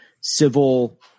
civil